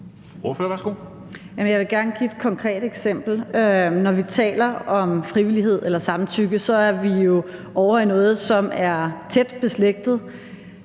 Jeg vil gerne give et konkret eksempel. Når vi taler om frivillighed eller samtykke, er vi jo ovre i noget, som er tæt beslægtet.